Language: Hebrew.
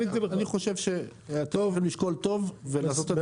אני חושב שאתם צריכים לשקול טוב ולעשות על